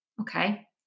okay